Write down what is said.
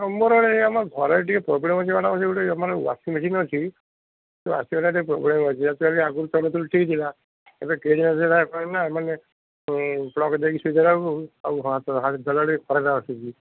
ମୋର ଗୋଟେ ଆମ ଘରେ ଟିକେ ପ୍ରୋବ୍ଲେମ୍ ଅଛି ମ୍ୟାଡ଼ାମ୍ ସେ ଗୋଟେ ମାନେ ୱାଶିଂ ମେସିନ୍ ଅଛି ସେ ୱାଶିଂ ମେସିନ୍ଟା ଟିକେ ପ୍ରୋବ୍ଲେମ୍ ଅଛି ଅକ୍ଚ୍ୟୁଆଲି ଆଗରୁ ଚଲଉଥିଲୁ ଠିକ୍ ଥିଲା ଏବେ କେଇଦିନ ଥିଲା କ'ଣନା ମାନେ ପ୍ଲଗ୍ ଦେଇକି ସୁଇଚ୍ ଦେଲାବେଳକୁ ଆଉ ହାତ